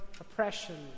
oppression